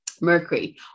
Mercury